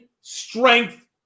strength